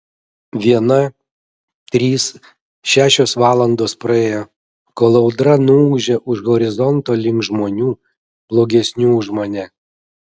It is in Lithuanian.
viena trys šešios valandos praėjo kol audra nuūžė už horizonto link žmonių blogesnių už mane